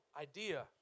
idea